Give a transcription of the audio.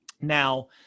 Now